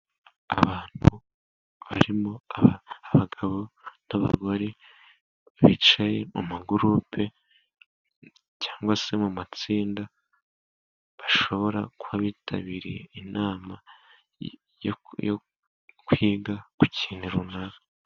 Abantu barimo abagabo n'abagore bicaye mu magururupe cyangwa se mu matsinda, bashobora kuba bitabiriye inama yo kwiga ku kintu runaka.